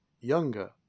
younger